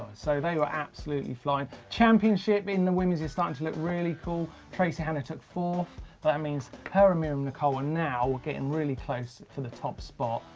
so they were absolutely flying. championship in the women's is starting to look really cool. tracey hannah took fourth. but that means her and myriam nicole are now getting really close for the top spot.